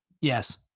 Yes